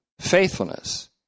faithfulness